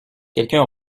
quelqu’un